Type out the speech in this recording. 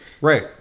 Right